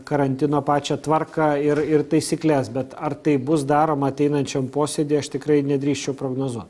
karantino pačią tvarką ir ir taisykles bet ar tai bus daroma ateinančiam posėdyje aš tikrai nedrįsčiau prognozuot